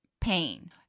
pain